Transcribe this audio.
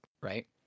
right